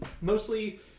Mostly